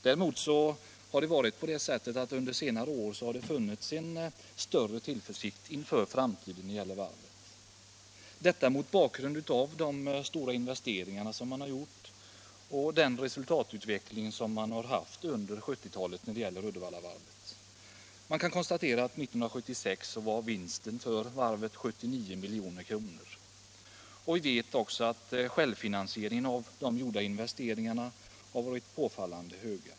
Under senare år har det däremot funnits en större tillförsikt inför framtiden mot bakgrunden av de stora investeringar som gjorts och den resultatutveckling Uddevallavarvet haft under 1970 talet. 1976 var vinsten för varvet 79 milj.kr., och vi vet också att självfinansieringen av de gjorda investeringarna har varit påfallande hög.